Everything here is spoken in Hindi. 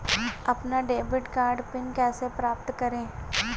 अपना डेबिट कार्ड पिन कैसे प्राप्त करें?